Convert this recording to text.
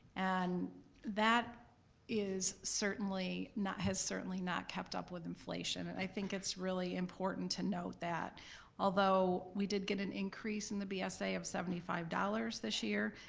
and that is certainly not, has certainly not kept up with inflation. and i think it's really important to note that although we did get an increase in the bsa ah of seventy five dollars this year,